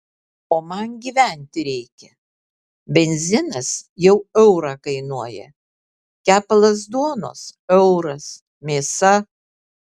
o man gyventi reikia benzinas jau eurą kainuoja kepalas duonos euras mėsa